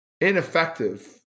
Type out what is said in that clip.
ineffective